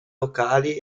locali